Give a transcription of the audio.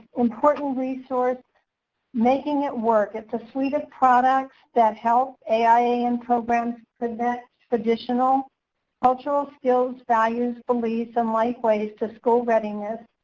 important resource making it work. it's a suite of products that help ai an and program present traditional cultural skills, values, beliefs, and life ways to school readiness.